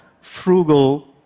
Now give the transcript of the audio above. frugal